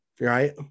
Right